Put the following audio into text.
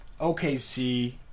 OKC